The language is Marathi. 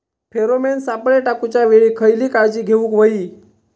फेरोमेन सापळे टाकूच्या वेळी खयली काळजी घेवूक व्हयी?